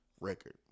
record